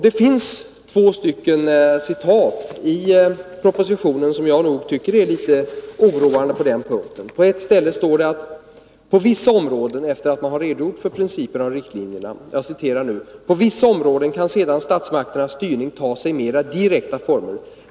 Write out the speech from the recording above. Det finns två uttalanden i propositionen som jag tycker är litet oroande i principerna och riktlinjerna: ”På vissa områden kan sedan statsmakternas styrning ta sig mer direkta former.